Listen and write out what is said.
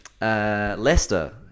Leicester